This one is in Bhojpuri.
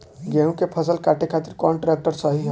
गेहूँ के फसल काटे खातिर कौन ट्रैक्टर सही ह?